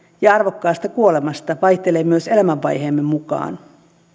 ja arvokkaasta kuolemasta vaihtelee myös elämänvaiheemme mukaan